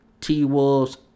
T-Wolves